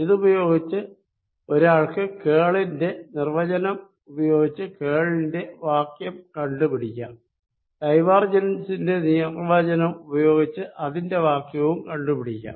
ഇതുപയോഗിച്ച് ഒരാൾക്ക് കേൾ ന്റെ നിർവചനം ഉപയോഗിച്ച് കേൾ ന്റെ വാക്യം കണ്ടുപിടിക്കാം ഡൈവേർജൻസിന്റെ നിർവചനം ഉപയോഗിച്ച് അതിന്റെ വാക്യവും കണ്ടുപിടിക്കാം